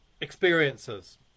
experiences